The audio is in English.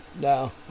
No